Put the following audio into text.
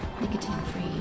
Nicotine-free